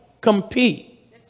compete